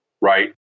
right